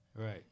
Right